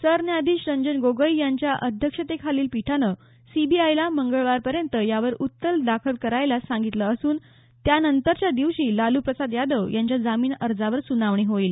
सरन्यायाधीश रंजन गोगोई यांच्या अध्यक्षतेखालील पीठानं सीबीआयला मंगळवारपर्यंत यावर उत्तर दाखल करायला सांगितलं असून त्या नंतरच्या दिवशी लालूप्रसाद यादव यांच्या जामीन अर्जावर सुनावणी होईल